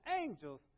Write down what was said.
angels